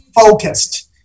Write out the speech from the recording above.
focused